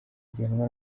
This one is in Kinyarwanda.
gihanwa